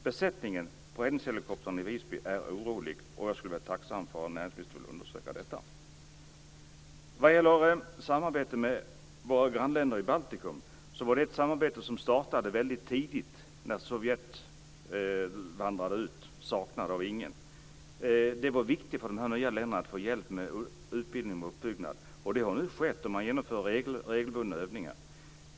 Besättningen på räddningshelikoptern i Visby är orolig. Jag vore tacksam om näringsministern ville undersöka detta. Samarbetet med våra grannländer i Baltikum startade väldigt tidigt, när Sovjet vandrade ut - saknat av ingen. Det var viktigt för de här nya länderna att få hjälp med utbildning och uppbyggnad. Så har nu skett. Man genomför nu regelbundna övningar.